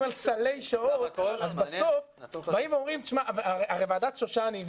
על סלי שעות בסוף באים ואומרים הרי ועדת שושני,